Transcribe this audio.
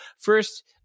first